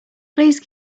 please